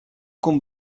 con